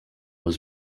was